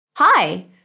Hi